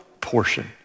portion